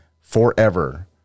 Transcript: forever